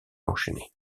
enchaîné